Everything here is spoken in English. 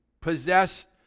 possessed